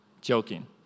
Joking